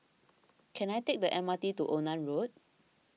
can I take the M R T to Onan Road